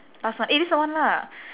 last one eh this the one lah